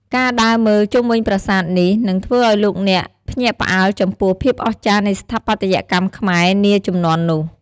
ការដើរមើលជុំវិញប្រាសាទនេះនឹងធ្វើឱ្យលោកអ្នកភ្ញាក់ផ្អើលចំពោះភាពអស្ចារ្យនៃស្ថាបត្យកម្មខ្មែរនាជំនាន់នោះ។